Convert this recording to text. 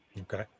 Okay